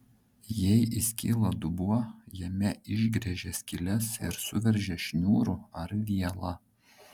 jei įskyla dubuo jame išgręžia skyles ir suveržia šniūru ar viela